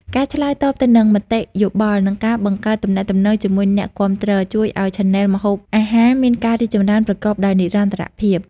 ការឆ្លើយតបទៅនឹងមតិយោបល់ និងការបង្កើតទំនាក់ទំនងជាមួយអ្នកគាំទ្រ ជួយឱ្យឆានែលម្ហូបអាហារមានការរីកចម្រើនប្រកបដោយនិរន្តរភាព។